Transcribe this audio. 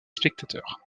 spectateurs